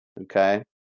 Okay